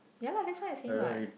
ya lah that's what I'm saying what